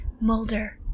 Mulder